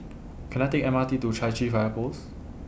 Can I Take M R T to Chai Chee Fire Post